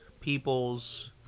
peoples